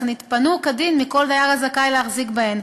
התפנו כדין מכל דייר הזכאי להחזיק בהן.